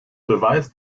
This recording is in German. beweis